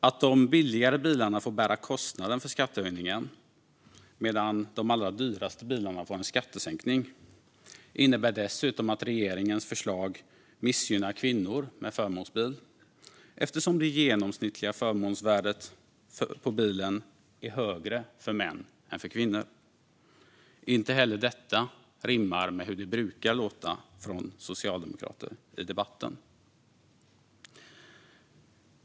Att de billigare bilarna får bära kostnaden för skattehöjningen, medan de allra dyraste bilarna får en skattesänkning, innebär dessutom att regeringens förslag missgynnar kvinnor med förmånsbil, eftersom det genomsnittliga förmånsvärdet på bilen är högre för män än för kvinnor. Inte heller detta rimmar med hur det brukar låta från socialdemokrater i debatten.